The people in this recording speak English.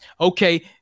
okay